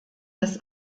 des